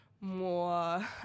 more